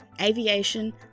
aviation